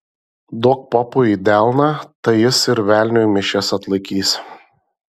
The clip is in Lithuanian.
duok popui į delną tai jis ir velniui mišias atlaikys